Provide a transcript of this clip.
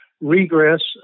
regress